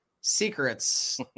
secrets